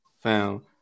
found